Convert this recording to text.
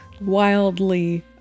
wildly